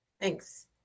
thanks